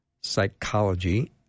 psychology